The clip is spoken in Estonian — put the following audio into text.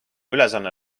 ülesanne